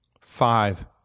five